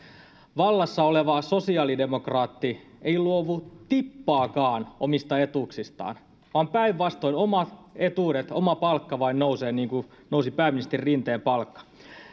vallassa oleva sosiaalidemokraatti ei luovu tippaakaan omista etuuksistaan vaan päinvastoin omat etuudet oma palkka vain nousee niin kuin nousi pääministeri rinteen palkka